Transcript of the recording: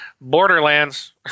Borderlands